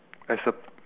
I cert~